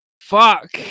Fuck